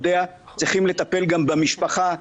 צריכים גם לטפל במשפחה,